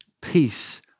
peace